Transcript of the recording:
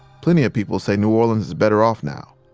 plenty of people say new orleans is better off now.